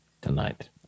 tonight